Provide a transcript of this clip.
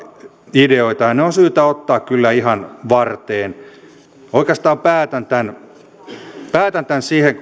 ideoita ja ne on syytä ottaa kyllä ihan varteen oikeastaan päätän tämän päätän tämän siihen